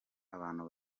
abantu